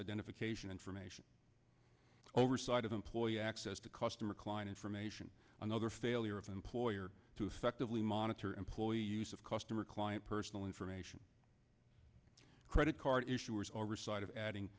identification information oversight of employer access to customer client information another failure of the employer to effectively monitor employee use of customer client personal information credit card issuers oversight of adding